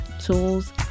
tools